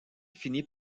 finit